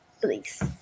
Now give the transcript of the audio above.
please